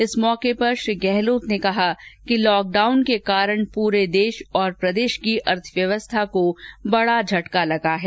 इस मौके पर मुख्यमंत्री ने कहा कि लॉकडाउन के कारण पूरे देश और प्रदेश की अर्थव्यवस्था को बड़ा झटका लगा है